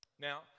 Now